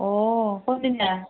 অঁ কোন দিনা